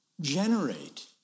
generate